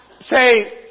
Say